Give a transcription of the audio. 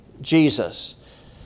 Jesus